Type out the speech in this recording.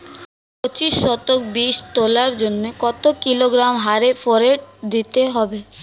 পঁচিশ শতক বীজ তলার জন্য কত কিলোগ্রাম হারে ফোরেট দিতে হবে?